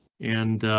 and,